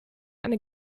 eine